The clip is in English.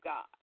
God